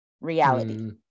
reality